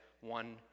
one